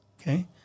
okay